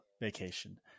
vacation